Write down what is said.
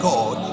God